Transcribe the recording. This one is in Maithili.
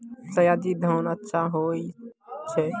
सयाजी धान अच्छा होय छै?